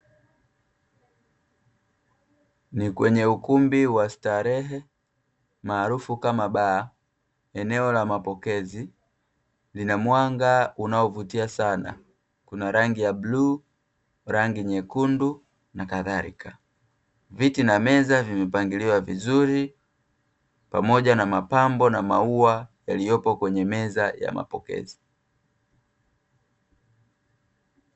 Ni kwenye ukumbi wa starehe maarufu kama baa, eneo la mapokezi lina mwanga unaovutia sana, kuna rangi ya bluu, rangi nyukundu na kadhalika viti na meza vimepangiliwa vizuri pamoja na mapambo na maua yaliyopo kwenye meza ya mapokezi.